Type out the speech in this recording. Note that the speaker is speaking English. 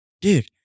dude